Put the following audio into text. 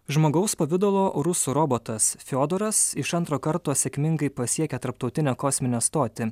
žmogaus pavidalo rusų robotas fiodoras iš antro karto sėkmingai pasiekė tarptautinę kosminę stotį